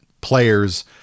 players